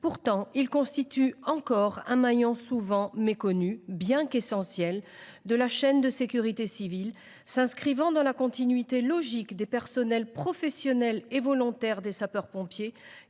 Pourtant, ils constituent encore un maillon souvent méconnu, bien qu’essentiel, de la chaîne de sécurité civile, s’inscrivant dans la continuité logique des personnels professionnels et volontaires des sapeurs pompiers,